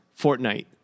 Fortnite